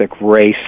race